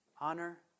honor